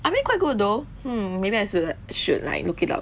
I mean quite good though hmm maybe I should like should like look it up